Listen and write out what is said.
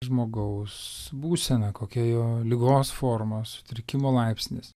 žmogaus būsena kokia jo ligos forma sutrikimo laipsnis